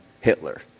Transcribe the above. hitler